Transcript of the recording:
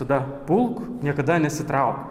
visada pulk niekada nesitrauk